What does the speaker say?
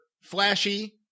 flashy